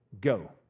Go